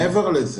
מעבר לזה,